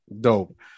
dope